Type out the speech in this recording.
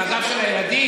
על הגב של הילדים?